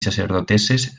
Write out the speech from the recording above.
sacerdotesses